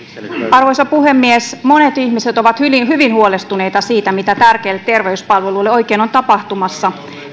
arvoisa puhemies monet ihmiset ovat hyvin hyvin huolestuneita siitä mitä tärkeille terveyspalveluille oikein on tapahtumassa